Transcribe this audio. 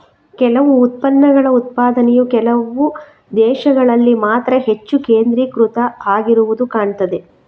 ಕೆಲವು ಉತ್ಪನ್ನಗಳ ಉತ್ಪಾದನೆಯು ಕೆಲವು ದೇಶಗಳಲ್ಲಿ ಮಾತ್ರ ಹೆಚ್ಚು ಕೇಂದ್ರೀಕೃತ ಆಗಿರುದು ಕಾಣ್ತದೆ